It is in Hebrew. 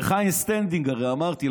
לך אין standing, הרי, אמרתי.